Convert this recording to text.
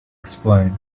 explain